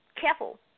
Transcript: careful